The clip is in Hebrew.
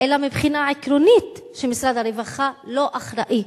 אלא מבחינה עקרונית משרד הרווחה לא אחראי.